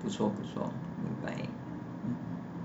不错不错明白